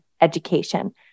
education